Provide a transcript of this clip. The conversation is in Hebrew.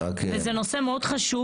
זה נושא חשוב מאוד.